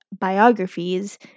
biographies